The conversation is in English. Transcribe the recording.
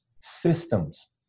systems